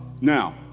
Now